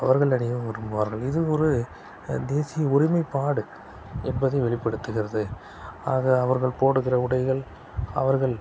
அவர்கள் அணிய விரும்புவார்கள் இது ஒரு தேசிய ஒருமைப்பாடு என்பதை வெளிப்படுத்துகிறது அதை அவர்கள் போடுகிற உடைகள் அவர்கள்